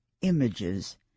images